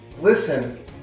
Listen